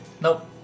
Nope